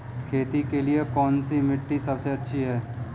खेती के लिए कौन सी मिट्टी सबसे अच्छी है?